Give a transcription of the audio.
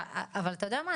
אבל אתה יודע מה,